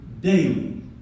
daily